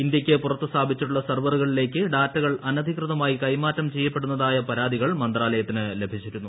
ഇന്ത്യയ്ക്ക് പുറത്ത് സ്ഥാപിച്ചിട്ടുള്ള സർവറുകളിലേക്ക് ഡാറ്റകൾ അനധികൃതമായി കൈമാറ്റം ചെയ്യപ്പെടുന്നതായ പരാതികൾ മന്ത്രാലയത്തിന് ലഭിച്ചിരുന്നു